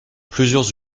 plusieurs